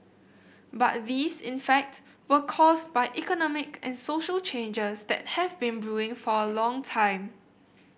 but these in fact were caused by economic and social changes that have been brewing for a long time